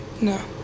No